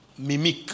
Mimic